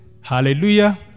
hallelujah